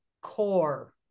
core